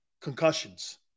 Concussions